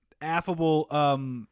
affable